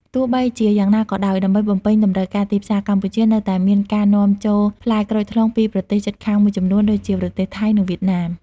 ទោះបីជាយ៉ាងណាក៏ដោយ ដើម្បីបំពេញតម្រូវការទីផ្សារ កម្ពុជានៅតែមានការនាំចូលផ្លែក្រូចថ្លុងពីប្រទេសជិតខាងមួយចំនួនដូចជា ប្រទេសថៃ និងវៀតណាម។